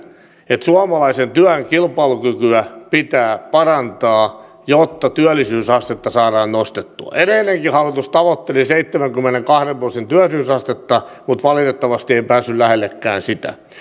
että suomalaisen työn kilpailukykyä pitää parantaa jotta työllisyysastetta saadaan nostettua edellinenkin hallitus tavoitteli seitsemänkymmenenkahden prosentin työllisyysastetta mutta valitettavasti ei päässyt lähellekään sitä